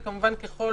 זה כמובן ככל